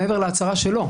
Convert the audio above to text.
מעבר להצהרה שלו.